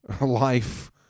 life